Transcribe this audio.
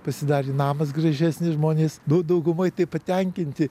pasidarė namas gražesnis žmonės nu daugumoj tai patenkinti